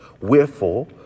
Wherefore